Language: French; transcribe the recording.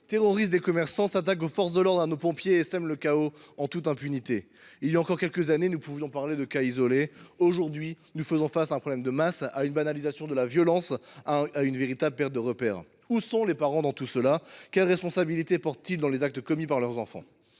terrorisent des commerçants, s’attaquent aux forces de l’ordre, à nos pompiers, et sèment le chaos en toute impunité. Il y a quelques années, nous pouvions encore parler de cas isolés ; aujourd’hui, nous faisons face à un problème de masse, à la banalisation de la violence, à une véritable perte de repères. Où sont les parents dans tout cela ? Quelle responsabilité portent ils dans les actes commis par leurs enfants ?